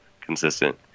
consistent